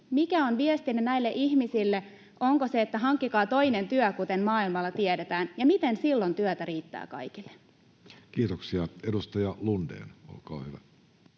Mikä on viestinne näille ihmisille? Onko se se, että hankkikaa toinen työ, kuten maailmalla tiedetään? Ja miten silloin työtä riittää kaikille? [Speech 447] Speaker: